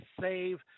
save